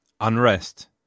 unrest